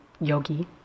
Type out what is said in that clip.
yogi